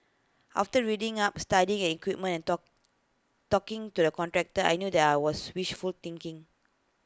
after reading up studying an equipment and talk talking to the contractor I knew that I was wishful thinking